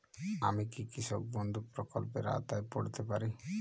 আমি কি কৃষক বন্ধু প্রকল্পের আওতায় পড়তে পারি?